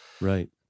right